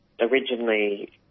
originally